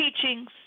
teachings